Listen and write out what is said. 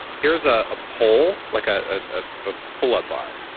here's ah a pole like ah ah a pull-up bar,